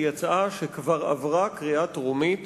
היא הצעה שכבר עברה קריאה טרומית